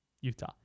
Utah